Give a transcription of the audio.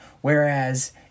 whereas